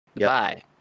Bye